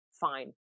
fine